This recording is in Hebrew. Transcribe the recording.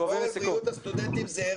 לשמור על בריאות הסטודנטים, זה ערך עליון.